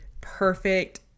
perfect